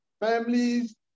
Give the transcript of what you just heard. Families